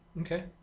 Okay